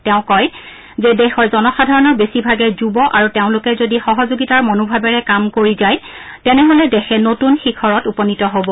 তেওঁ কয় যে দেশৰ জনসাধাৰণৰ বেছিভাগেই যুব আৰু তেওঁলোকে যদি সহযোগিতাৰ মনোভাৱেৰে কাম কৰি যায় তেনেহলে দেশে নতূন শিখৰত উপনীত হ'ব